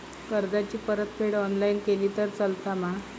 कर्जाची परतफेड ऑनलाइन केली तरी चलता मा?